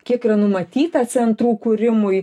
kiek yra numatyta centrų kūrimui